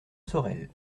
sorel